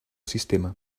sistema